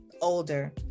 older